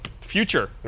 Future